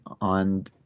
on